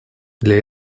для